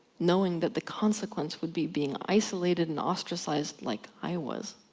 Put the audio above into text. knowing that the consequence would be, being isolated and ostracised like i was.